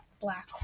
black